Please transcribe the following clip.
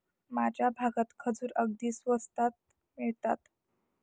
माझ्या भागात खजूर अगदी स्वस्तात मिळतात